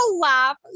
laugh